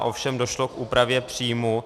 Ovšem došlo k úpravě příjmů.